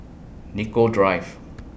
Nicoll Drive